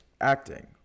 acting